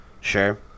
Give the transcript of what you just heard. Sure